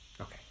Okay